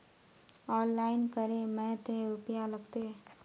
Online करे में ते रुपया लगते?